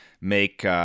make